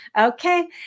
Okay